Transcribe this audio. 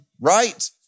right